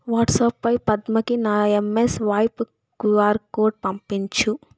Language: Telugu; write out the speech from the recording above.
వాట్సాప్పై పద్మకి నా ఎంఎస్వైప్ క్యూఆర్ కోడ్ పంపించు